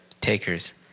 takers